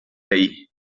vell